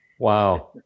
Wow